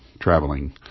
traveling